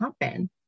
happen